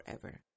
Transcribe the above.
forever